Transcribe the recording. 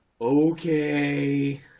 Okay